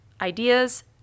ideas